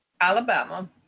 Alabama